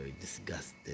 disgusted